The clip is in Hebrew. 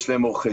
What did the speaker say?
יש להם עו"ד,